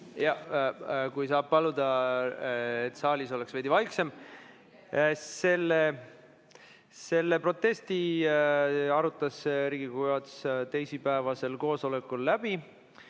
Ehk saab paluda, et saalis oleks veidi vaiksem. Selle protesti arutas Riigikogu juhatus teisipäevasel koosolekul läbi.